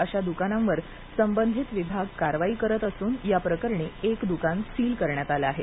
अशा द्कानावर संबंधित विभाग कारवाई करत असून या प्रकरणी एक द्कान सील करण्यात आलं आहे